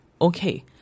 okay